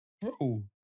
Bro